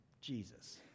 Jesus